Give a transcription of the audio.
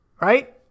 right